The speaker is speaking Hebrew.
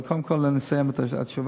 אבל קודם כול אני אסיים את התשובה.